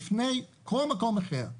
לפני כל מקום אחר.